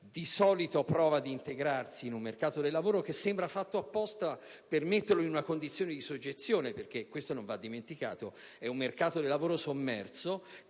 di solito prova ad integrarsi in un mercato del lavoro che sembra fatto apposta per metterlo in una condizione di soggezione. Infatti, questo non va dimenticato: è un mercato del lavoro sommerso,